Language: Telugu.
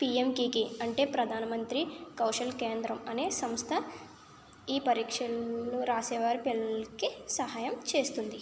పిఎంకెకే అంటే ప్రధానమంత్రి కౌశల్ కేంద్రం అనే సంస్థ ఈ పరీక్షలలో వ్రాసే వారి పిల్లలకి సహాయం చేస్తుంది